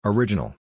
Original